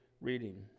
reading